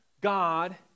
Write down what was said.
God